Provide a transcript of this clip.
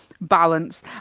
balance